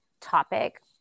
topic